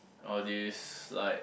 all this like